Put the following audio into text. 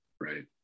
right